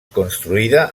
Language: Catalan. construïda